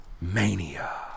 Mania